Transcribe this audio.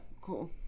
cool